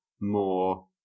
more